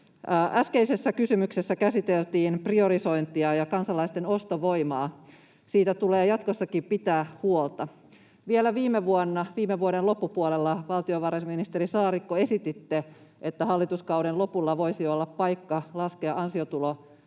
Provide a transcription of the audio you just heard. Äskeisessä kysymyksessä käsiteltiin priorisointia ja kansalaisten ostovoimaa. Niistä tulee jatkossakin pitää huolta. Vielä viime vuonna, viime vuoden loppupuolella, valtiovarainministeri Saarikko, esititte, että hallituskauden lopulla voisi olla paikka laskea ansiotuloverotusta.